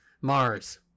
Mars